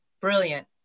brilliant